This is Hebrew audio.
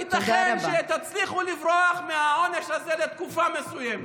ייתכן שתצליחו לברוח מהעונש הזה לתקופה מסוימת,